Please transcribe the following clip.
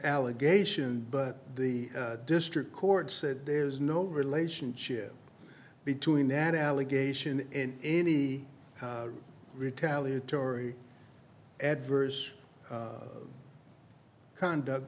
allegation but the district court said there's no relationship between that allegation in any retaliatory adverse conduct